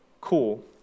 cool